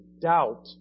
doubt